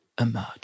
emerge